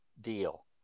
deal